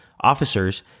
officers